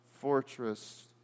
fortress